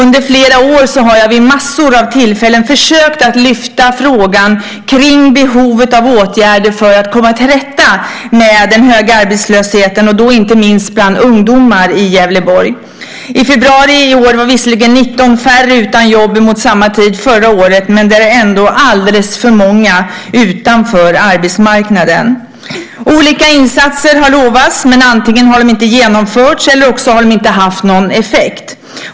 Under flera år har jag vid mängder av tillfällen försökt att lyfta frågan om behovet av åtgärder för att komma till rätta med den höga arbetslösheten och då inte minst bland ungdomar i Gävleborg. I februari i år var visserligen 19 färre utan jobb än vid samma tid förra året. Men det är ändå alldeles för många utanför arbetsmarknaden. Olika insatser har lovats, men antingen har de inte genomförts eller också har de inte haft någon effekt.